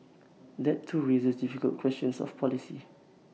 that too raises difficult questions of policy